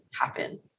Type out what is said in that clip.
happen